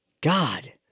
God